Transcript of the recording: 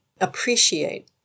appreciate